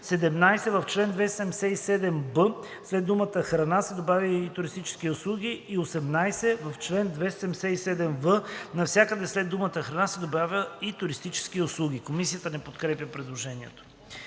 17. В чл. 277б след думата „храна“ се добавя „и туристически услуги“; 18. В чл. 277в навсякъде след думата „храна“ се добавя „и туристически услуги“.“ Комисията не подкрепя предложението.